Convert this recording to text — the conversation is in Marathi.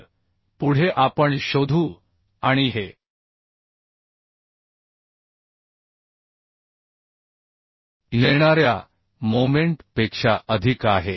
तर पुढे आपण शोधू आणि हे येणाऱ्या मोमेंट पेक्षा अधिक आहे